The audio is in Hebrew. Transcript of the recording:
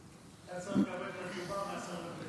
אתה צריך לקבל תשובה מהשר לביטחון לאומי.